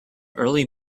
early